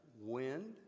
wind